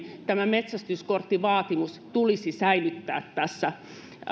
metsästyskorttivaatimus tulisi säilyttää tässä